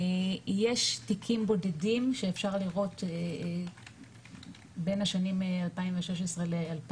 יש תיקים בודדים שאפשר לראות בין השנים 2016-2020,